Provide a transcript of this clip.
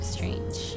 Strange